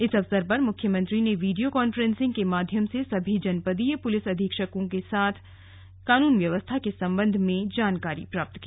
इस अवसर पर मुख्यमंत्री ने वीडियो कॉन्फ्रेंसिंग के माध्यम से सभी जनपदीय पुलिस अधीक्षकों से भी कानून व्यवस्था के संबंध में जानकारी प्राप्त की